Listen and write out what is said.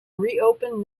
reopen